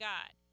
God